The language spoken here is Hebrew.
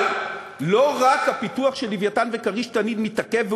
אבל לא רק הפיתוח של "לווייתן" ו"כריש" "תנין" מתעכב,